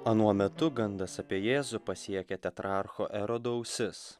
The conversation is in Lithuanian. anuo metu gandas apie jėzų pasiekė tetrarcho erodo ausis